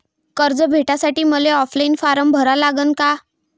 कर्ज भेटासाठी मले ऑफलाईन फारम भरा लागन का?